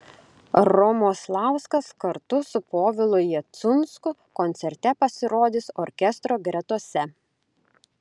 romoslauskas kartu su povilu jacunsku koncerte pasirodys orkestro gretose